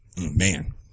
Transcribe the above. Man